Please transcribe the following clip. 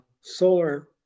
solar